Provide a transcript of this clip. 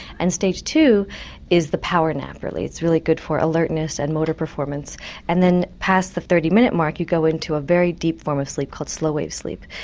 and stage two is the power nap, it's really good for alertness and motor performance and then past the thirty minutes mark you go into a very deep form of sleep called slow wave sleep,